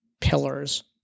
pillars